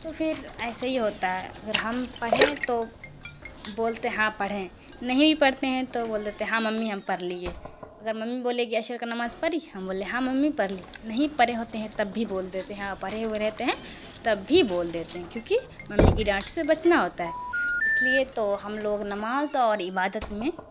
تو پھر ایسے ہی ہوتا ہے اگر ہم پڑھیں تو بولتے ہاں پڑھے ہیں نہیں بھی پڑھتے ہیں تو بول دیتے ہاں ممی ہم پڑھ لیے اگر ممی بولے گی عشر کا نماز پڑھی ہم بولے ہاں ممی پڑھی نہیں پڑھے ہوتے ہیں تب بھی بول دیتے ہیں ہاں پڑھے ہوئے رہتے ہیں تب بھی بول دیتے ہیں کیوں کہ ممی کی ڈانٹ سے بچنا ہوتا ہے اس لیے تو ہم لوگ نماز اور عبادت میں